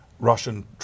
Russian